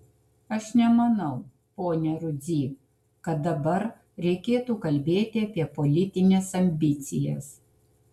aš nemanau pone rudzy kad dabar reikėtų kalbėti apie politines ambicijas